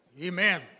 Amen